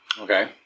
Okay